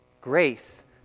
grace